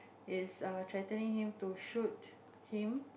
is threatening him to shoot him